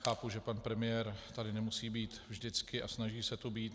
Chápu, že pan premiér tady nemusí být vždycky a snaží se tu být.